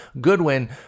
Goodwin